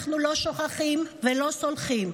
אנחנו לא שוכחים ולא סולחים.